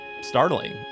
startling